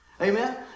Amen